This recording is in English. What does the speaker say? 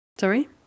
sorry